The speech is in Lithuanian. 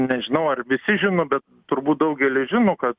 nežinau ar visi žino bet turbūt daugelis žino kad